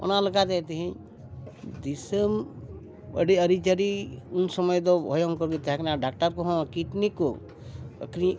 ᱚᱱᱟ ᱞᱮᱠᱟᱛᱮ ᱛᱮᱦᱮᱧ ᱫᱤᱥᱚᱢ ᱟᱹᱰᱤ ᱟᱹᱨᱤᱪᱟᱹᱞᱤ ᱩᱱ ᱥᱚᱢᱚᱭ ᱫᱚ ᱵᱷᱚᱭᱚᱝ ᱜᱮ ᱛᱟᱦᱮᱸ ᱠᱟᱱᱟ ᱰᱟᱠᱛᱟᱨ ᱠᱚᱦᱚᱸ ᱠᱤᱴᱱᱤᱠ ᱠᱚ ᱟᱹᱠᱷᱨᱤᱧ